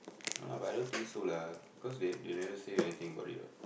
ah but I don't think so lah cause they they never say anything about it what